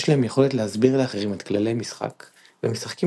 יש להם יכולת להסביר לאחרים את כללי משחק והם משחקים